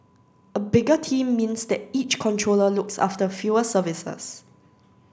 a bigger team means that each controller looks after fewer services